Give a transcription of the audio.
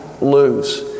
lose